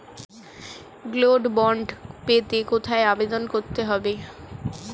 Gold bond পেতে কোথায় আবেদন করতে হবে?